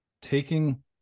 taking